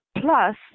Plus